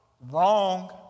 Wrong